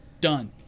Done